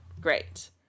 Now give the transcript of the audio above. Great